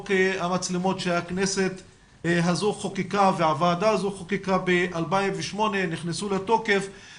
המצלמות שהכנסת הזו והוועדה הזו חוקקה ב-2018 ונכנסו לתוקף ב-2019.